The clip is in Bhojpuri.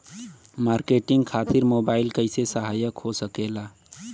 मार्केटिंग खातिर मोबाइल कइसे सहायक हो सकेला?